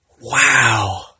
Wow